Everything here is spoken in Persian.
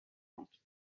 بود